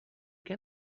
què